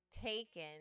taken